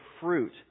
fruit